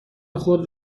خود